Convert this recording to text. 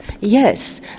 Yes